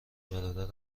برادر